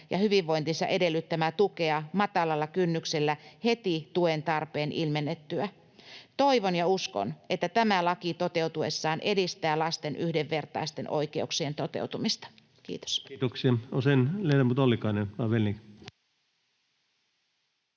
ja hyvinvointinsa edellyttämää tukea matalalla kynnyksellä heti tuentarpeen ilmennyttyä. Toivon ja uskon, että tämä laki toteutuessaan edistää lasten yhdenvertaisten oikeuksien toteutumista. — Kiitos. [Speech 278] Speaker: Ensimmäinen